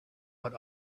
but